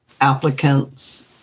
applicants